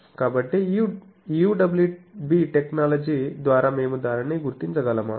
కాబట్టి ఈ UWB technology ద్వారా మేము దానిని గుర్తించగలమా